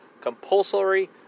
compulsory